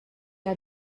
are